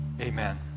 Amen